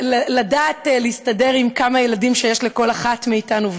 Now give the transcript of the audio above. לדעת להסתדר עם כמה ילדים שיש לכל אחת מאתנו,